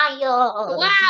Wow